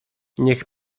niech